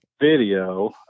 video